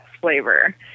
flavor